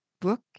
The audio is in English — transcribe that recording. book